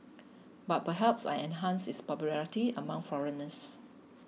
but perhaps I enhanced its popularity among foreigners